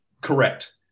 Correct